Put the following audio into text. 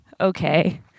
Okay